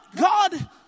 God